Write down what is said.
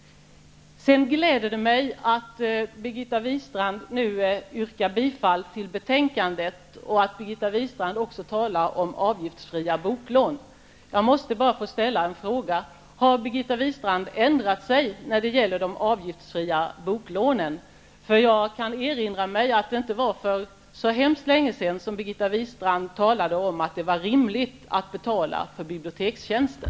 Det gläder mig att Birgitta Wistrand nu yrkar bifall till hemställan i betänkandet och att hon också talar om avgiftsfria boklån. Jag måste bara få ställa en fråga: Har Birgitta Wistrand ändrat sig när det gäller de avgiftsfria boklånen? Jag kan erinra mig att det inte var så väldigt länge sedan som hon talade om att det var rimligt att betala för bibliotekstjänster.